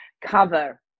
cover